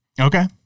Okay